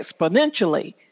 exponentially